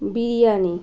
biryani